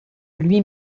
lui